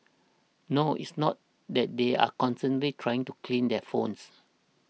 no it's not that they are constantly trying to clean their phones